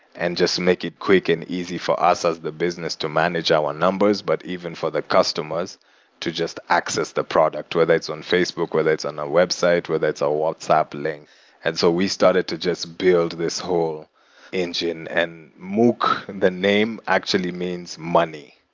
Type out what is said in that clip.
and just make it quick and easy for us as the business to manage our numbers, but even for the customers to just access to the product, whether it's on facebook, whether it's on a website, whether it's a whatsapp link and so we started to just build this whole engine. and mookh, the name, actually means money